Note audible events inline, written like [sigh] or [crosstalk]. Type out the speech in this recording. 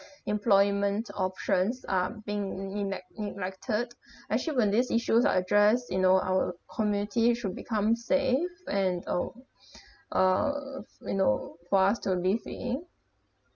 employment options are being reenact~ neglected [breath] actually when these issues are addressed you know our community it should become safe and oo [breath] uh you know for us to live in